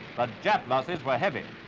but jap losses were heavy.